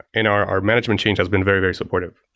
and our our management change has been very, very supporting.